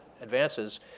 advances